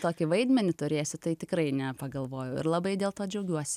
tokį vaidmenį turėsi tai tikrai nepagalvojau ir labai dėl to džiaugiuosi